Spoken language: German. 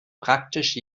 praktisch